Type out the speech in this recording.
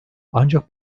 ancak